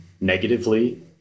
negatively